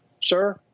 Sir